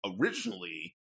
originally